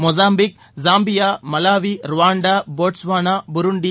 Mozambique Zambia Malawi Rwanda Botswana Burundi